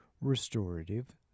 restorative